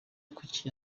kuki